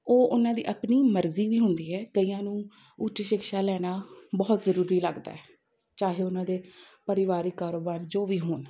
ਉਹ ਉਹਨਾਂ ਦੀ ਆਪਣੀ ਮਰਜ਼ੀ ਵੀ ਹੁੰਦੀ ਹੈ ਕਈਆਂ ਨੂੰ ਉੱਚ ਸ਼ਿਕਸ਼ਾ ਲੈਣਾ ਬਹੁਤ ਜ਼ਰੂਰੀ ਲੱਗਦਾ ਚਾਹੇ ਉਹਨਾਂ ਦੇ ਪਰਿਵਾਰਿਕ ਕਾਰੋਬਾਰ ਜੋ ਵੀ ਹੋਣ